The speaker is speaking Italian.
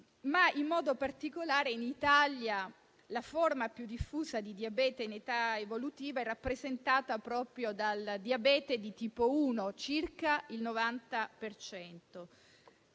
In modo particolare in Italia, la forma più diffusa di diabete in età evolutiva è rappresentata proprio dal diabete di tipo 1, pari a circa il 90